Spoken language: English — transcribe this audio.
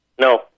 No